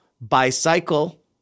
bicycle